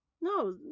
No